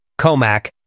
COMAC